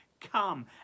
come